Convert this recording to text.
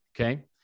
Okay